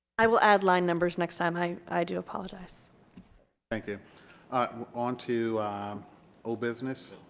i will add line numbers next time i i do apologize thank you on to old business.